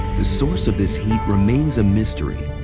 the source of this heat remains a mystery.